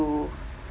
to